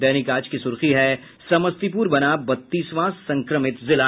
दैनिक आज की सुर्खी है समस्तीपुर बना बत्तीसवां संक्रमित जिला